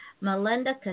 Melinda